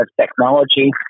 Technology